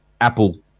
Apple